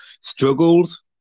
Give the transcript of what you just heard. struggles